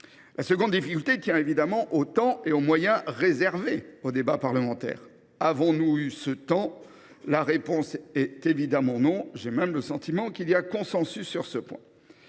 La seconde difficulté tient évidemment au temps et aux moyens réservés au débat parlementaire. Avons nous eu ce temps ? La réponse est à l’évidence non ! J’ai même le sentiment qu’il y a consensus sur ce point.